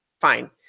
fine